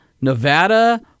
Nevada